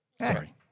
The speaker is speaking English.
Sorry